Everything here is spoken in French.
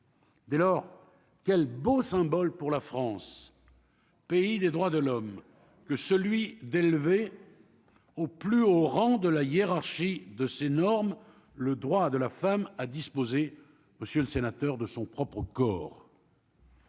Dès lors, quel beau symbole pour la France, pays des droits de l'homme que celui d'élever au plus haut rang de la hiérarchie de ces normes, le droit de la femme à disposer, monsieur le sénateur, de son propre corps.